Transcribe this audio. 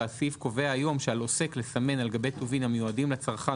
והסעיף קובע היום שעל עוסק לסמן על גבי טובין המיועדים לצרכן